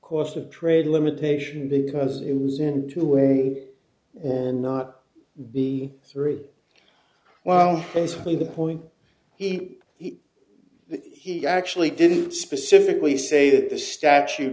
course of trade limitation because it was in two way and not be through well basically the point he he actually didn't specifically say that the statute